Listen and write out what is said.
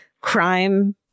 Crime